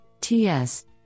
TS